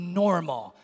normal